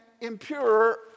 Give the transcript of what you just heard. impure